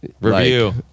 review